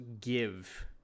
give